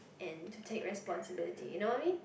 and to take responsibility you know what I mean